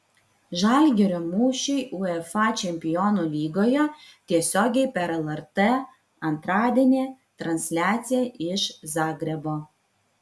žalgirio mūšiai uefa čempionų lygoje tiesiogiai per lrt antradienį transliacija iš zagrebo